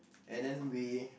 and then we